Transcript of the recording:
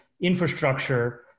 infrastructure